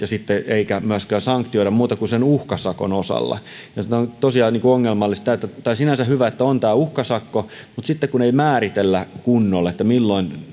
eikä myöskään sanktioida muuta kuin sen uhkasakon osalla tämä on tosiaan ongelmallista tai on sinänsä hyvä että on uhkasakko mutta kun ei määritellä kunnolla milloin